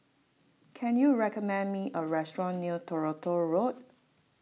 can you recommend me a restaurant near Toronto Road